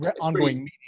ongoing